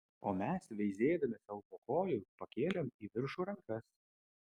o mes veizėdami sau po kojų pakėlėm į viršų rankas